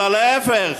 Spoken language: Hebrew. להפך,